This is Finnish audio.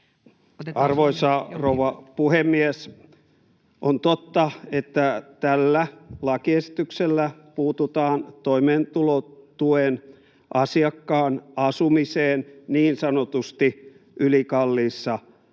Arvoisa rouva puhemies! On totta, että tällä lakiesityksellä puututaan toimeentulotuen asiakkaan asumiseen niin sanotusti ylikalliissa asunnossa,